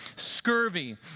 scurvy